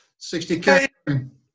60k